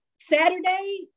Saturday